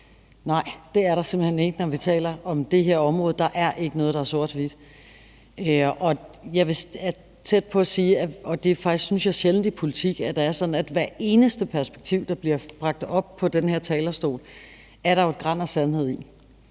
Nej, det er der simpelt hen ikke, når vi taler om det her område. Der er ikke noget, der er sort-hvidt, og jeg er tæt på at sige – og det er faktisk, synes jeg, sjældent i politik – at det er sådan, at hvert eneste perspektiv, der bliver bragt op på den her talerstol, er der jo et gran af sandhed i.